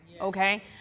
Okay